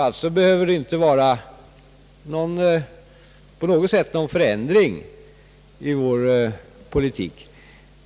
Det behöver alltså inte på något sätt vara fråga om en förändring i vår politik.